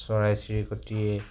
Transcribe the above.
চৰাই চিৰিকটিয়ে